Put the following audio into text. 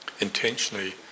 Intentionally